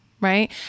Right